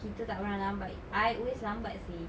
kita tak pernah lambat I always lambat seh